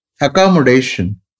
accommodation